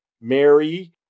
Mary